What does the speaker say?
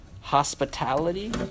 hospitality